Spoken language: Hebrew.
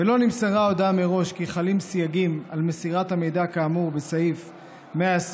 ולא נמסרה הודעה מראש כי חלים סייגים על מסירת המידע כאמור בסעיף 124,